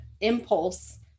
impulse